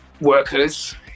workers